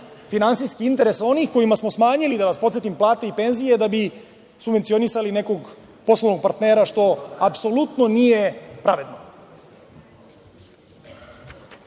finansijski interes onih kojima smo smanjili, da vas podsetim, plate i penzije da bi subvencionisali nekog poslovnog partnera što apsolutno nije pravedno. Ono